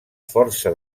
força